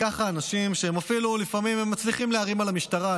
ככה אנשים שלפעמים מצליחים להערים על המשטרה,